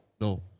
no